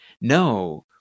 no